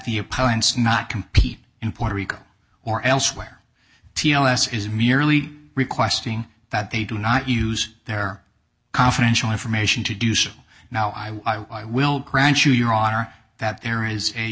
opponents not compete in puerto rico or elsewhere t l s is merely requesting that they do not use their confidential information to do so now i will grant you your honor that there is a